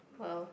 !wow!